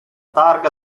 targa